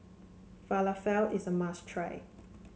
Falafel is a must try